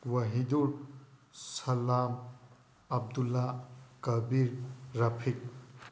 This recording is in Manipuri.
ꯋꯥꯍꯤꯗꯨꯔ ꯁꯜꯂꯥꯝ ꯑꯕꯗꯨꯜꯂꯥ ꯀꯕꯤꯔ ꯔꯥꯐꯤꯛ